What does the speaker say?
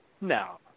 No